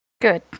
Good